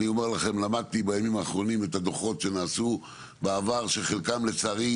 אני אומר לכם למדתי בימים האחרונים את הדו"חות שנעשו בעבר שחלקם לצערי,